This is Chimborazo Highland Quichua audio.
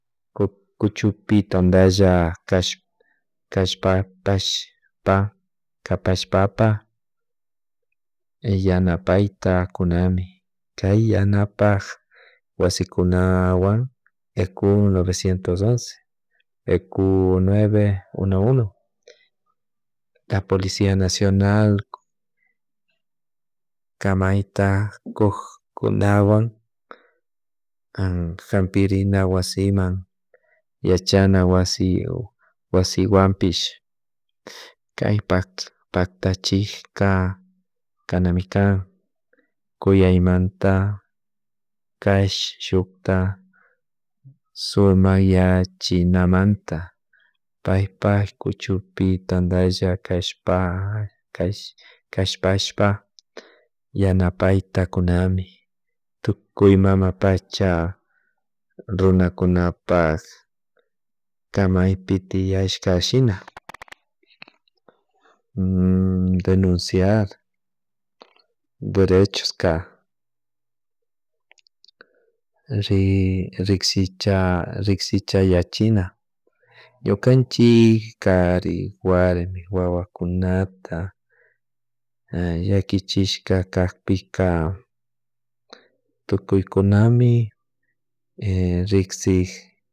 Ku kuchupi tantalla kashpapash pa kapapashpa yanapay kunami kay yanapka wasikuna wan ECU novecientos once ECU nueve uno uno, la policia nacional kamayta kuk kunawan hampirina wasiman yachana wasi wasiwanpish kaypak paktachikka kanami kan kuyaymanta kayshukta sumak yachinamanta paypak kuchupi tantalla kashpa kashpashpa yanapayta kunami tukuy mama pacha runakunapak kamaypi tiashka shina denuciar derechoska rik riksicha riksichayachina, ñukanchik kari warmi wawakunata llakichika kakpika tukuykunami riksik